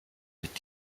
mit